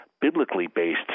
biblically-based